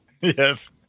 yes